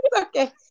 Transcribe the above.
Okay